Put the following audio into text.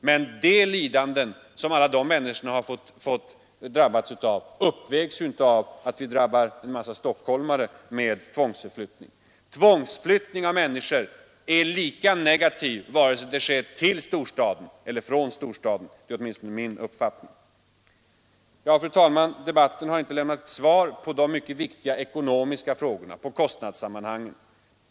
Men de lidanden som människorna där drabbas av uppvägs ju inte av att en massa stockholmare tvångsförflyttas. Det är min uppfattning att tvångsförflyttning av människor är lika negativ vare sig den sker till storstaden eller från den. Fru talman! Debatten har inte lämnat svar på de ekonomiska frågorna, ej heller utrett kostnadssammanhangen.